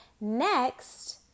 Next